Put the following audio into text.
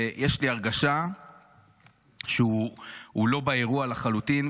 יש לי הרגשה שהוא לא באירוע לחלוטין,